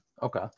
Okay